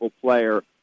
player